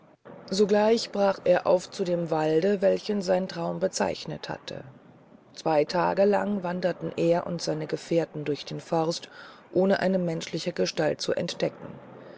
sogleich brach er auf zu dem walde welchen sein traum bezeichnet hatte zwey tage lang wanderten er und seine gefährten durch den forst ohne eine menschliche gestalt zu entdecken